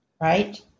right